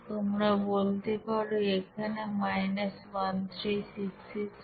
তোমরা বলতে পারো এখানে 136691